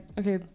okay